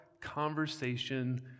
conversation